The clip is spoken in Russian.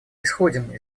исходим